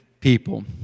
people